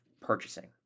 purchasing